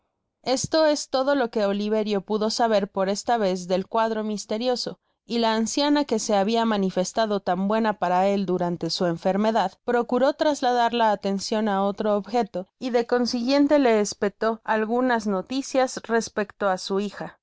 esto es todo lo que oliverio pudo saber por esta vez del cuadro misterioso y la anciana que se habia manifestado tan buena para él durante su enfermedad procuró trasladar la atencion á otro objeto y de consiguiente le espetó algunas noticias respecto á su hija